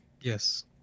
Yes